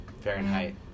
Fahrenheit